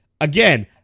Again